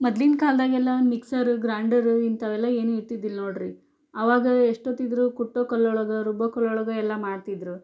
ಮೊದ್ಲಿನ ಕಾಲದಾಗೆಲ್ಲ mixer grinder ಇಂಥವೆಲ್ಲ ಏನು ಇರ್ತಿರ್ಲಿಲ್ಲ ನೋಡಿರಿ ಅವಾಗ ಎಷ್ಟೊತ್ತಿದ್ದರು ಕುಟ್ಟೋ ಕಲ್ಲೊಳಗೆ ರುಬ್ಬೋ ಕಲ್ಲೊಳಗೆ ಎಲ್ಲ ಮಾಡ್ತಿದ್ದರು